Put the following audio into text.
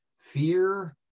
fear